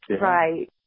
Right